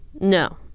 No